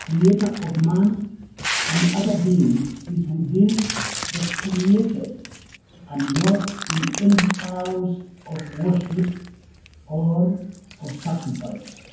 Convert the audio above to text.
creator of man and other beings is within the created and not in any house of worship or of sacrifice.